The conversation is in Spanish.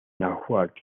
náhuatl